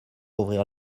ouvrir